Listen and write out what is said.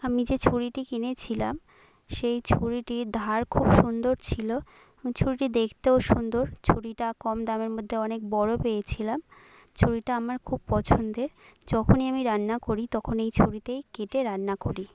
আমি যে ছুরিটি কিনেছিলাম সেই ছুরিটির ধার খুব সুন্দর ছিলো ছুরিটি দেখতেও সুন্দর ছুরিটা কম দামের মধ্যে অনেক বড়ো পেয়েছিলাম ছুরিটা আমার খুব পছন্দের যখনই আমি রান্না করি তখন এই ছুরিতেই কেটে রান্না করি